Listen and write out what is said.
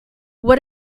what